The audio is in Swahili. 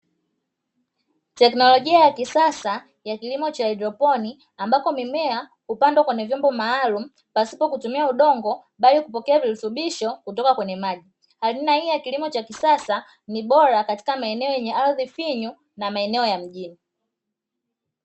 Teknolojia ya kisasa ya kilimo cha haidroponi, ambapo mimea hupandwa kwenye vyombo maalumu pasipo kutumia udongo. Bali hupokea virutubisho kutoka kwenye maji. Hazina hii ya kilimo cha kisasa ni bora katika maeneo yenye ardhi finyu na maeneo ya mjini.